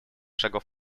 шагов